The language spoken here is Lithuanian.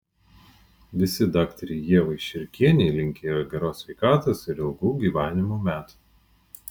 visi daktarei ievai širkienei linkėjo geros sveikatos ir ilgų gyvenimo metų